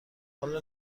والا